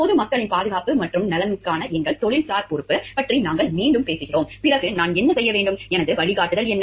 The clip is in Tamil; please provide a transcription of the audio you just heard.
பொது மக்களின் பாதுகாப்பு மற்றும் நலனுக்கான எங்கள் தொழில்சார் பொறுப்பு பற்றி நாங்கள் மீண்டும் பேசுகிறோம் பிறகு நான் என்ன செய்ய வேண்டும் எனது வழிகாட்டுதல் என்ன